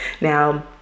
Now